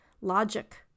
logic